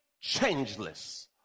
changeless